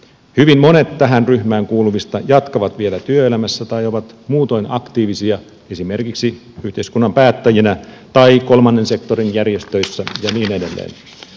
hyvin monet tähän ryhmään kuuluvista jatkavat vielä työelämässä tai ovat muutoin aktiivisia esimerkiksi yhteiskunnan päättäjinä tai kolmannen sektorin järjestöissä ja niin edelleen